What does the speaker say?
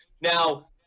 Now